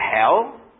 hell